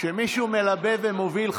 כשמישהו מלבה ומוביל,